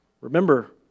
Remember